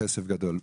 כסף גדול.